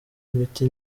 imiti